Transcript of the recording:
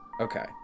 Okay